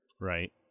right